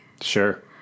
Sure